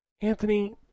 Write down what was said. Anthony